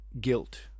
guilt